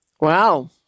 Wow